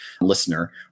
listener